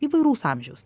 įvairaus amžiaus